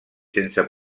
sense